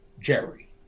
Jerry